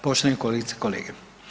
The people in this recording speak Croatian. poštovani kolegice i kolege.